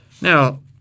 Now